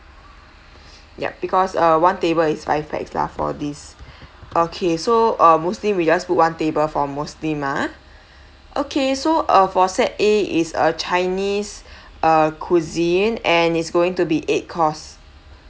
yup because uh one table is five pax lah for these okay so uh muslim we just put one table for muslim ah okay so uh for set A is a chinese uh cuisine uh and it's going to be eight course